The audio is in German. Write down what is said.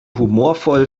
humorvoll